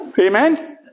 Amen